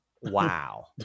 wow